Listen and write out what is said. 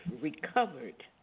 recovered